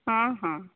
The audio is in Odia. ହଁ ହଁ